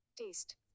taste